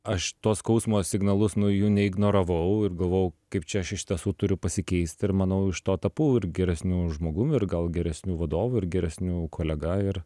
aš to skausmo signalus nu jų neignoravau ir galvojau kaip čia aš iš tiesų turiu pasikeisti ir manau iš to tapau ir geresniu žmogum ir gal geresniu vadovu ir geresniu kolega ir